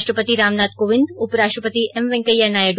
राष्ट्रपति रामनाथ कोविंद उपराष्ट्रपति एम वेंकैया नायड